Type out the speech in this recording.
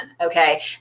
Okay